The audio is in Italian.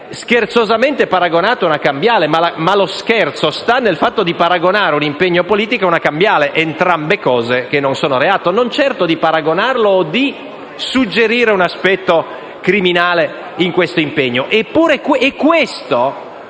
scherzosamente paragonato a una cambiale; ma lo scherzo sta nel fatto di paragonare l'impegno politico a una cambiale, entrambe cose che non sono reato, e non certo nel suggerire un aspetto criminale in questo impegno.